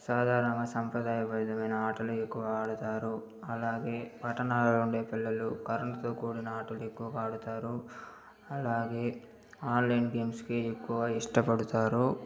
సాదారణ సాంప్రదాయవిదమైన ఆటలు ఎక్కువ ఆడతారు అలాగే పట్టణాల్లో ఉండే పిల్లలు కరెంటుతో కూడిన ఆటలు ఎక్కువ ఆడతారు అలాగే ఆన్లైన్ గేమ్సుకి ఎక్కువ ఇష్టపడతారు